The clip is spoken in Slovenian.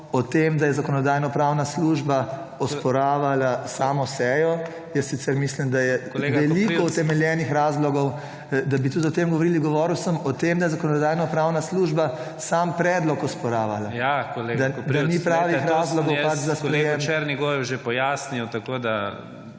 o tem, da je Zakonodajno-pravna služba osporavala samo sejo. Jaz sicer mislim, da je veliko utemeljenih razlogov, da bi tudi o tem govorili. Govoril sem o tem, da je Zakonodajno-pravna služba sam predlog osporavala, da ni pravih razlogov pač za sprejem. **PREDSEDNIK IGOR ZORČIČ**: Kolega